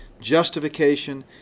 justification